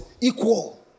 equal